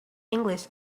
english